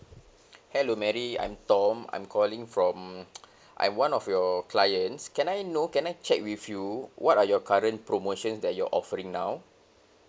hello mary I'm tom I'm calling from I'm one of your clients can I know can I check with you what are your current promotions that you're offering now